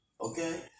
okay